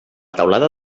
teulada